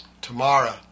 tomorrow